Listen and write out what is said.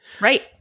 Right